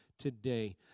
today